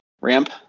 ramp